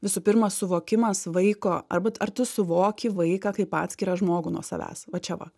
visų pirma suvokimas vaiko arba ar tu suvoki vaiką kaip atskirą žmogų nuo savęs va čia va